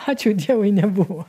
ačiū dievui nebuvo